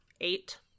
eight